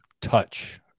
touch